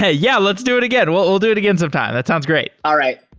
ah yeah, let's do it again. we'll we'll do it again sometime. that sounds great all right.